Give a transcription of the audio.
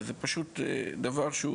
זה דבר שהוא